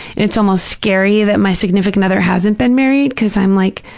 and it's almost scary that my significant other hasn't been married because i'm like,